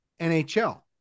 NHL